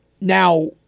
Now